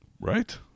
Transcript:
Right